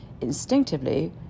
instinctively